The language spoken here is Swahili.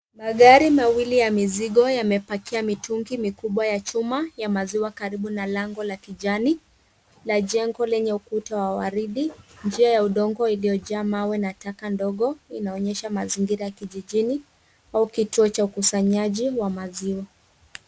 Magari mawili ya mizigo yamepakia mitungi mikubwa ya chuma ya maziwa karibu na lango la kijani, la jengo lenye ukuta wa waridi, njia ya udongo iliyojaa mawe na taka ndogo inaonyesha mazingira ya kijijini. Au kituo cha ukusanyaji wa maziwa.